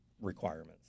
requirements